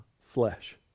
flesh